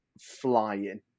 flying